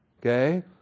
Okay